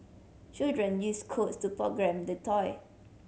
children used codes to program the toy